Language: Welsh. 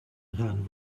rhan